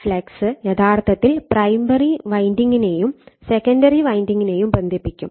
flux യഥാർത്ഥത്തിൽ primary വൈൻഡിങ്ങിനെയും secondary വൈൻഡിങ്ങിനെയും ബന്ധിപ്പിക്കും